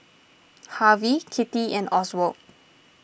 Harvie Kitty and Oswald